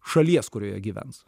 šalies kurioje gyvens